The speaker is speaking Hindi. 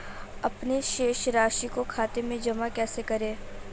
अपने शेष राशि को खाते में जमा कैसे करें?